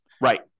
Right